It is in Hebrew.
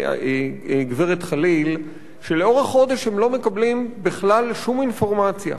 הגברת חליל שלאורך חודש הם לא מקבלים בכלל שום אינפורמציה,